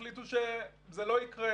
החליטו שזה לא יקרה,